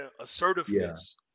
Assertiveness